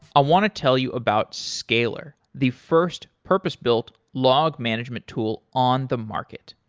i want to tell you about scalyr the first purpose-built log management tool on the market.